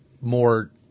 more